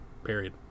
Period